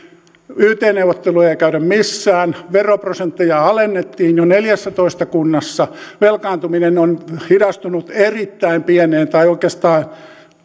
yt neuvotteluja ei käydä missään veroprosenttia alennettiin jo neljässätoista kunnassa velkaantuminen on hidastunut erittäin pieneen tai oikeastaan